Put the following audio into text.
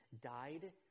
died